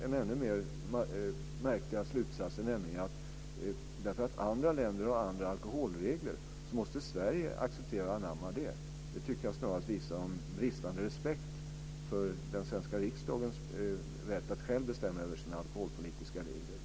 En ännu märkligare slutsats är att Sverige, därför att andra länder har andra alkoholregler, måste acceptera och anamma dem. Det tycker jag snarast visar en bristande respekt för den svenska riksdagens rätt att själv bestämma över sina alkoholpolitiska regler.